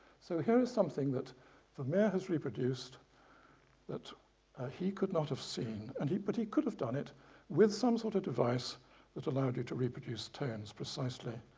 so here is something that vermeer has reproduced that he could not have seen and but he could have done it with some sort of device that allowed you to reproduce tones precisely.